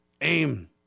Aim